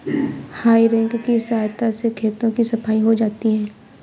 हेइ रेक की सहायता से खेतों की सफाई हो जाती है